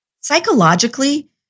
Psychologically